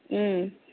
ம்